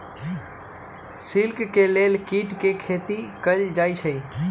silk के लेल कीट के खेती कएल जाई छई